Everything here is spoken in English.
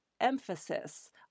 emphasis